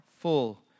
Full